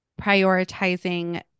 prioritizing